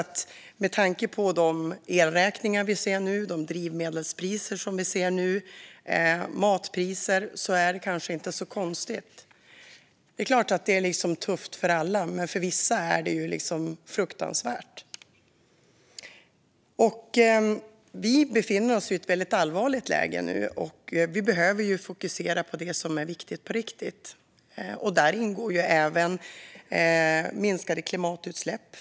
Med tanke på de elräkningar vi ser nu och med tanke på drivmedelspriserna och matpriserna är det kanske inte så konstigt. Det är klart att det är tufft för alla, men för vissa är det fruktansvärt. Vi befinner oss i ett väldigt allvarligt läge nu, och vi behöver fokusera på det som är viktigt på riktigt. Där ingår även minskade klimatutsläpp.